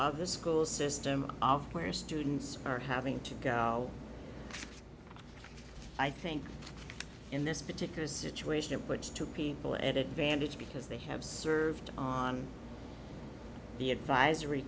of the school system where students are having to go i think in this particular situation in which two people at advantage because they have served on the advisory